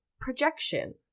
projection